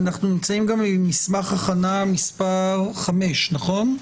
שאנחנו נמצאים במסמך הכנה מספר 5. נכון?